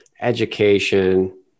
education